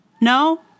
No